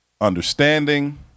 understanding